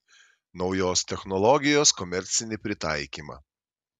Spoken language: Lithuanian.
naujos technologijos komercinį pritaikymą